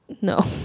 No